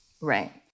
Right